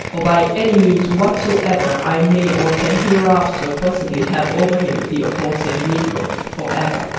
or by any means whatsoever i may or can hereafter possibly have over him the aforesaid negro, for ever.